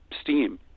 steam